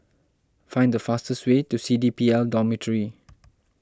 find the fastest way to C D P L Dormitory